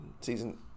season